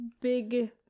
big